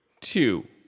two